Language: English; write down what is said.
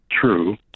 true